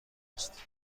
است